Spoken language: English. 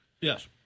Yes